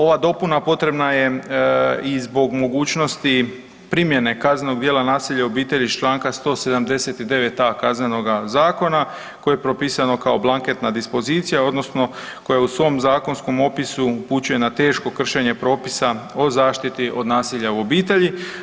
Ova dopuna potrebna je i zbog mogućnosti primjene kaznenog djela nasilja u obitelji iz čl. 179.a KZ-a koje je propisano kao blanketna dispozicija odnosno koja u svom zakonskom opisu upućuje na teško kršenje propisa o zaštiti od nasilja u obitelji.